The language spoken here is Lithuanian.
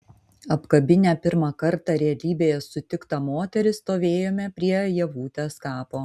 apkabinę pirmą kartą realybėje sutiktą moterį stovėjome prie ievutės kapo